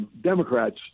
Democrats